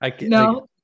No